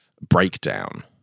breakdown